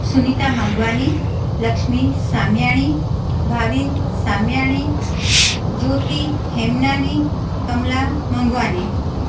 Sunita Mangwani Lakshmi Samiyani Bhavin Samiyani Jyoti Hemnani Kamla Mangwani